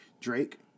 Drake